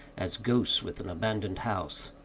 as ghosts with an abandoned house.